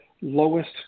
lowest